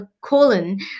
colon